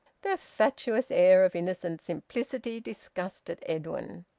their fatuous air of innocent simplicity, disgusted edwin.